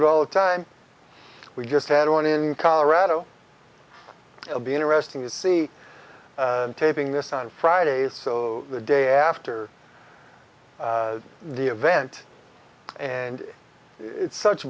it all the time we just had one in colorado it will be interesting to see taping this on fridays the day after the event and it's such